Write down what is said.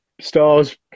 stars